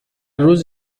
روز